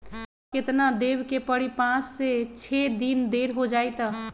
और केतना देब के परी पाँच से छे दिन देर हो जाई त?